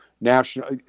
national